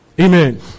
Amen